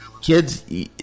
Kids